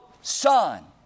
son